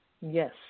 Yes